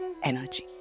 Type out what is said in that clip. energy